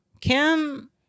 Kim